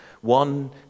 One